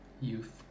youth